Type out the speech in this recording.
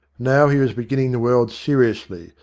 now he was beginning the world seriously,